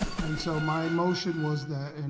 and so my motion was that, and